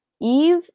Eve